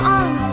on